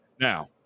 Now